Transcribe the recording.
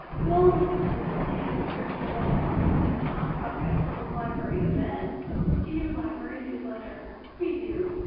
you'll also find a listing and description of all upcoming mount prospect public library events in your library newsletter, preview.